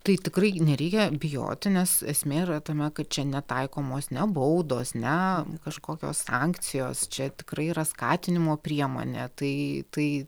tai tikrai nereikia bijoti nes esmė yra tame kad čia ne taikomos ne baudos ne kažkokios sankcijos čia tikrai yra skatinimo priemonė tai tai